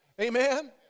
Amen